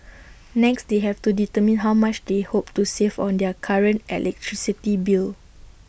next they have to determine how much they hope to save on their current electricity bill